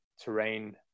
terrain